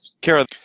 Kara